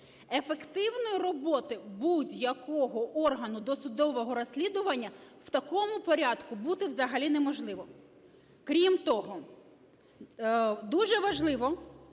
Ефективної роботи будь-якого органу досудового розслідування в такому порядку бути взагалі не може. Крім того, дуже важливо